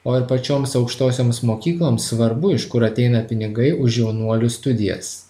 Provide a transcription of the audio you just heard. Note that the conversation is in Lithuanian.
o ir pačioms aukštosioms mokykloms svarbu iš kur ateina pinigai už jaunuolių studijas